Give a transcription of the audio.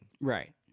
Right